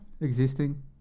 existing